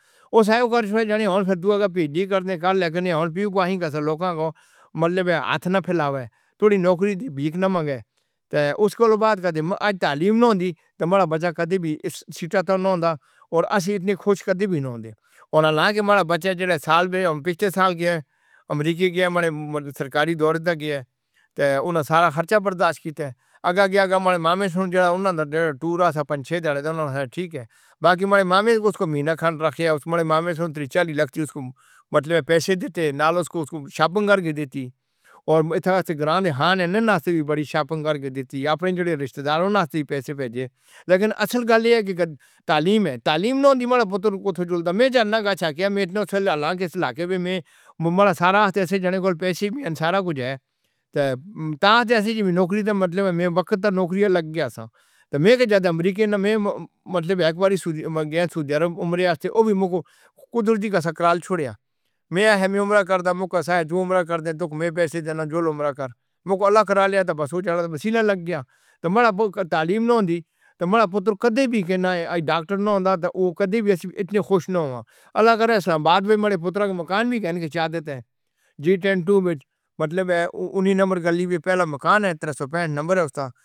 او سائیں او کر چھوڑ جانے ہو۔ پھر تو اگر پی جی ڈی کرنے دے لے کے جانے ہو پیو دے ہی کسے م لوک اگے مطلب ہتھ نہ پھیلاؤے۔ تھوڑی نوکری دی بھیک نہ مانگے۔ اس دے بعد تو۔ اج تعلیم نہ ہندی تو ہمارا بچہ کدی وی اس حالت تو نہ ہندا۔ تے اسی ایں خوش کدی وی نہ ہندے۔ انہاں لوکاں دے وڈے بچے جو سال وچ پچھلے سال گئے، امریکہ گئے، مگر سرکاری دورے تے گئے تو انہاں دا سارا خرچہ برداشت کردے آگے آگے آگے ماما سن۔ ٹور تے چھڈ ٹھیک اے، باقی میرے ماما اسنوں مہینہ کھان رکھن اس وچ ماما توں تریچالیس لکھ۔ اسنوں مطلب پیسے دیندے۔ نال۔ اسنوں۔ اسنوں شاپن گرگ دیندی تے گرانڈ ہانی ناں توں وی وڈی شاپن گرمی دیندی اپنے رشتے داراں ناں توں پیسے بھیجن۔ لیکن اصل گل اے کہ تعلیم اے، تعلیم نہ ہندی میرا پتر کوں تو میں چینہ دا چھا کے میں ایں کھیلا کے وی میں۔ میرا سارا تیسے جنے گول پیسے سارا کجھ اے تا تا تو ایسی نوکری تو مطلب اے میں وقت دی نوکری لگ گیا سن تو میں کیا امریکہ ناں میں مطلب اک بار ہی منگے سودیاں عمر دے لئی وی قدرت دا کرال چھوڑا میں اے۔ میں عمر کر مکھ صاحب عمر کر دے۔ تو میں پیسے دینا جھول عمر کر مکھ اللہ کر لیا تو بس او چڑھ تو مسئلہ لگ گیا تو ہماری تعلیم نہ ہندی تو ہمارا پتر کدی وی دے ناں ڈاکٹر نہ ہندا تو او کدی وی ایسی خوش نہ ہویا۔ اللہ کرے اسلام آباد وچ مارے پتر دا مکان وی۔ کہنے دی خواہش دیندے نی جی ٹینٹ وچ مطلب نمبر پہلے مکان اے، نمبر اے اسدا۔